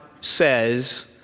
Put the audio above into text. says